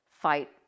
fight